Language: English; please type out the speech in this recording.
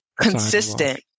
consistent